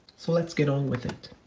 so let's get on with it.